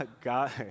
God